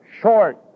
short